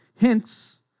Hence